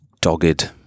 dogged